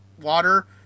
water